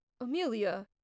Amelia